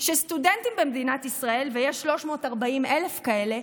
שסטודנטים במדינת ישראל, ויש 340,000 כאלה,